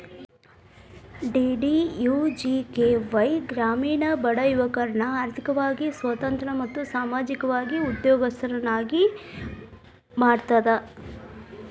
DDUGKY ಗ್ರಾಮೇಣ ಬಡ ಯುವಕರ್ನ ಆರ್ಥಿಕವಾಗಿ ಸ್ವತಂತ್ರ ಮತ್ತು ಸಾಮಾಜಿಕವಾಗಿ ಉದ್ಯೋಗಸ್ತರನ್ನ ಮಾಡ್ತದ